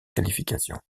qualifications